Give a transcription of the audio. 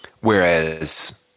Whereas